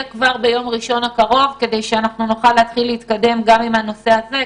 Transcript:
כבר ביום ראשון הקרוב כדי שנוכל להתקדם גם בנושא הזה.